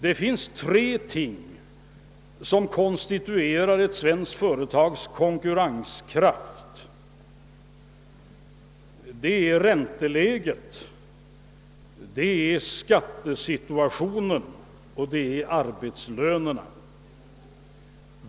Det är tre ting som konstituerar ett svenskt företags konkurrenskraft: ränteläget, skattebördan och arbetslönerna.